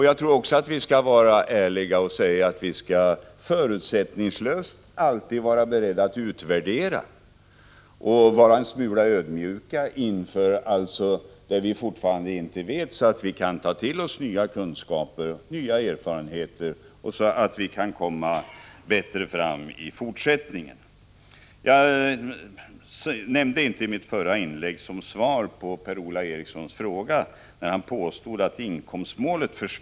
Jag tror också att vi skall vara ärliga och säga att vi alltid skall vara beredda att förutsättningslöst utvärdera verksamheten och att vi skall vara en smula ödmjuka inför sådant som vi ännu inte känner till, så att vi kan ta till oss nya kunskaper och erfarenheter och på den vägen få en gynnsam utveckling för framtiden. Jag berörde inte i mitt förra inlägg Per-Ola Erikssons påstående att inkomstmålet försvann i det jordbrukspolitiska beslutet i våras.